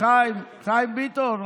חיים ביטון,